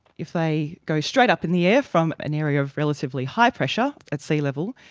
if they go straight up in the air from an area of relatively high pressure at sea level,